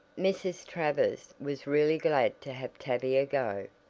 mrs. travers was really glad to have tavia go,